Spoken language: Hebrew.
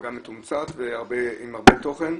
גם מתומצת ועם הרבה תוכן.